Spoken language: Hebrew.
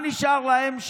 מה נשאר להם?